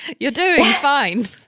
you're doing fine.